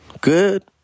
Good